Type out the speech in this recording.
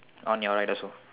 on your right also